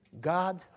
God